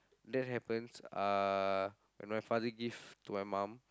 that happens uh when my father give to my mum